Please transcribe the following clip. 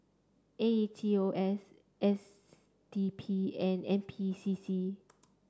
A E T O S S D P and N P C C